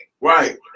Right